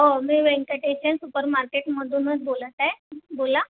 हो मी व्यंकटेशन सुपर मार्केटमधूनच बोलत आहे बोला